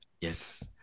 yes